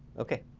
okay,